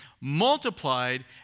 Multiplied